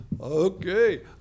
Okay